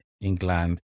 England